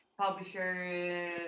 publisher